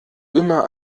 immer